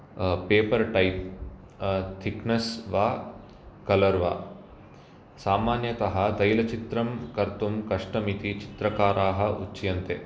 paper tape thickness वा colour वा सामान्यतः तैलचित्रं कर्तुं कष्टमिति चित्रकाराः उच्यन्ते